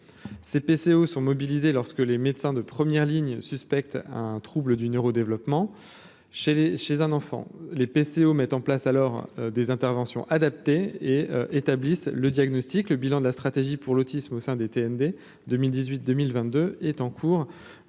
c'est PCO sont mobilisés, lorsque les médecins de première ligne suspecte un trouble du neuro-développement chez les, chez un enfant, les PC mettent en place alors des interventions adaptées et établissent le diagnostic, le bilan de la stratégie pour l'autisme au sein des TMD 2018, 2022 est en cours